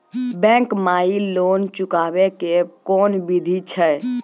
Bank माई loan चुकाबे के कोन बिधि छै?